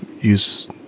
use